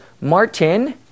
Martin